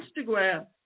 Instagram